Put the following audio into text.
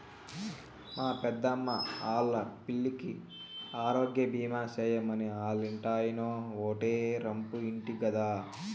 మా పెద్దమ్మా ఆల్లా పిల్లికి ఆరోగ్యబీమా సేయమని ఆల్లింటాయినో ఓటే రంపు ఇంటి గదా